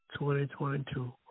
2022